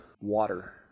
water